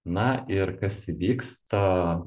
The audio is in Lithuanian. na ir kas įvyksta